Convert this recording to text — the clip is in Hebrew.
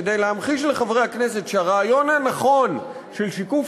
כדי להמחיש לחברי הכנסת שהרעיון הנכון של שיקוף